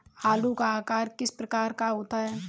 आलू का आकार किस प्रकार का होता है?